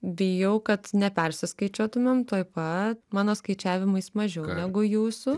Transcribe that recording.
bijau kad ne persiskaičiuotumėm tuoj pat mano skaičiavimais mažiau negu jūsų